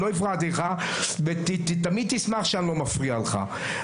אני לא הפרעתי לך ותמיד תשמח שאני לא מפריע לך.